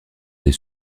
des